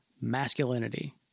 masculinity